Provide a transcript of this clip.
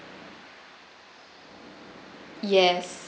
yes